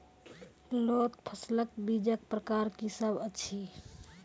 लोत फसलक बीजक प्रकार की सब अछि?